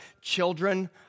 children